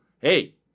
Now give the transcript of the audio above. hey